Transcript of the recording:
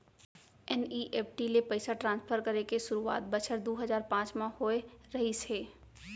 NEFT ले पइसा transfer करे के सुरूवात बछर दू हजार पॉंच म होय रहिस हे